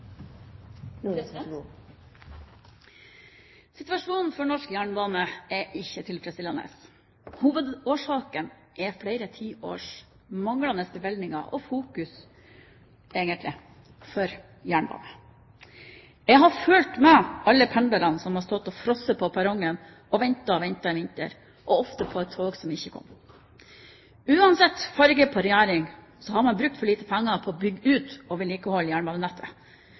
følt med alle pendlerne som har stått og frosset på perrongen og ventet og ventet i vinter, og ofte ventet på et tog som ikke kom. Uansett farge på regjering har man brukt for lite penger på å bygge ut og vedlikeholde jernbanenettet.